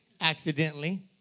accidentally